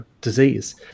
disease